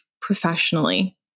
professionally